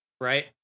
Right